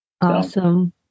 Awesome